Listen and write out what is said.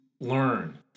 learn